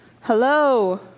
Hello